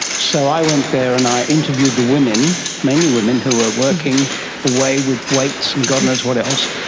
so i went there and i interviewed the women, mainly women, who were working away with weights and god knows what else.